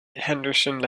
henderson